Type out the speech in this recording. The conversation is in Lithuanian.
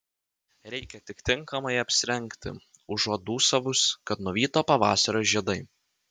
reikia tik tinkamai apsirengti užuot dūsavus kad nuvyto pavasario žiedai